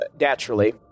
naturally